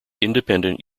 independent